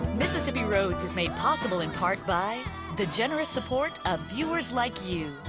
mississippi roads is made possible in part by the generous support of viewers like you.